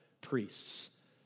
priests